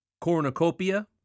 Cornucopia